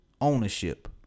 ownership